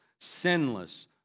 sinless